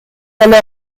alors